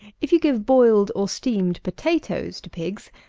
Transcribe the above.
if you give boiled, or steamed, potatoes to pigs,